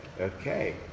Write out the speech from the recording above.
Okay